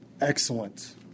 Excellent